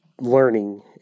learning